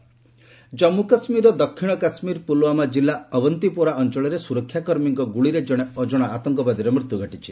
JK gunfight Jammu କାଶ୍ମୀରର ଦକ୍ଷିଣ କାଶ୍ମୀର ପୁଲ୍ୱାମା ଜିଲ୍ଲା ଅୱନ୍ତିପୋରା ଅଞ୍ଚଳରେ ସୁରକ୍ଷାକର୍ମୀଙ୍କ ଗୁଳିରେ ଜଣେ ଅଜଣା ଆତଙ୍କବାଦୀର ମୃତ୍ୟୁ ଘଟିଛି